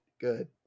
good